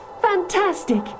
fantastic